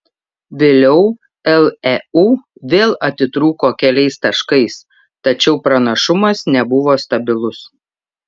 vėliau leu vėl atitrūko keliais taškais tačiau pranašumas nebuvo stabilus